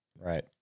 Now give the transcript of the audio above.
right